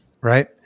right